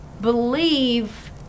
believe